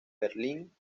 berlín